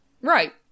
right